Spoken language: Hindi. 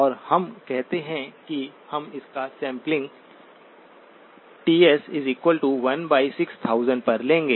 और हम कहते हैं कि हम इसका सैंपलिंग Ts 16000 पर लेंगे